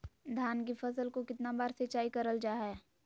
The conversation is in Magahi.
धान की फ़सल को कितना बार सिंचाई करल जा हाय?